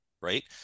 right